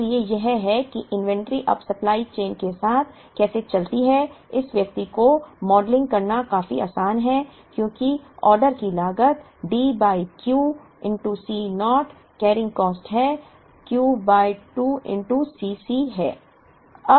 इसलिए यह है कि इन्वेंट्री अब सप्लाई चेन के साथ कैसे चलती है इस व्यक्ति को मॉडलिंग करना काफी आसान है क्योंकि ऑर्डर की लागत D by Q C naught carrying cost है Q बाय 2 Cc है